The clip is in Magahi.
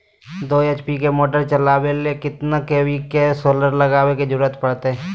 दो एच.पी के मोटर चलावे ले कितना के.वी के सोलर लगावे के जरूरत पड़ते?